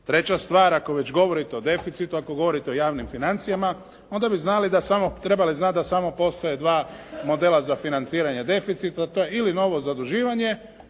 Treća stvar ako već govorite o deficitu, ako govorite o javnim financijama onda bi znali da samo, trebali znati da samo postoje dva modela za financiranje deficita. To je ili novo zaduživanje